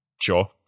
sure